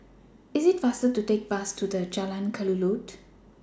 IT IS faster to Take The Bus to Jalan Kelulut